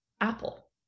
apple